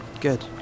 Good